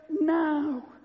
now